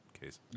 case